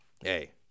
Hey